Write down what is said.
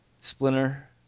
Splinter